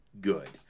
good